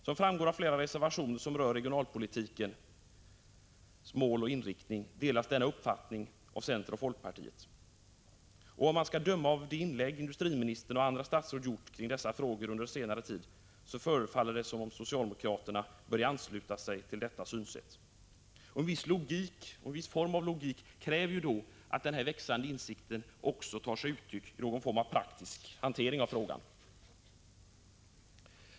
Som framgår av flera reservationer som rör regionalpolitikens mål och inriktning delas denna uppfattning av centerpartiet och folkpartiet. Om man skall döma av de inlägg som industriministern och andra statsråd under senare tid har gjort i dessa frågor, förefaller det som om även socialdemokraterna har börjat ansluta sig till detta synsätt. Logiken kräver att denna växande insikt också tar sig uttryck i någon form av praktisk hantering av frågan.